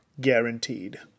guaranteed